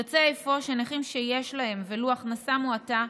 יוצא אפוא שנכים שיש להם ולו הכנסה מועטה,